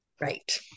Right